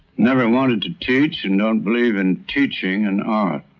never wanted to teach and don't believe in teaching and ah